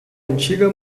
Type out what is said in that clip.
antiga